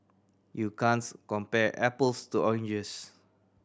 you compare apples to oranges